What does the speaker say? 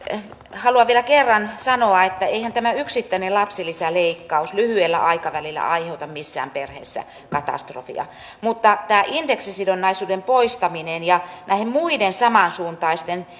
haluan vielä kerran sanoa että eihän tämä yksittäinen lapsilisäleikkaus lyhyellä aikavälillä aiheuta missään perheessä katastrofia mutta tämä indeksisidonnaisuuden poistaminen ja näiden muiden samansuuntaisten